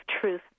truth